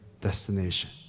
destination